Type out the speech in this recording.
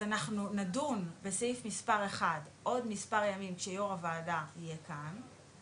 אז אנחנו נדון בסעיף מספר 1 עוד מספר ימים כשיו"ר הוועדה יהיה כאן.